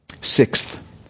Sixth